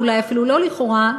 ואולי אפילו לא לכאורה,